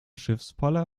schiffspoller